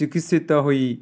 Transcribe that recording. ଚିକିତ୍ସିତ ହୋଇ